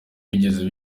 wigeze